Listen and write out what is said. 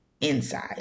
inside